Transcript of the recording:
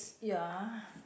ya